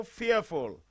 fearful